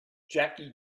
jackie